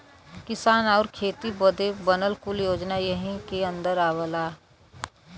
किसान आउर खेती बदे बनल कुल योजना यही के अन्दर आवला